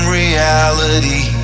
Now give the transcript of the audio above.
reality